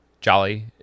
Jolly